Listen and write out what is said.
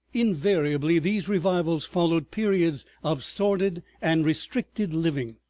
invariably these revivals followed periods of sordid and restricted living.